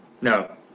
No